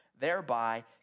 Thereby